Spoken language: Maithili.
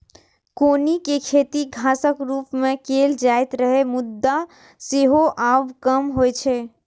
कौनी के खेती घासक रूप मे कैल जाइत रहै, मुदा सेहो आब कम होइ छै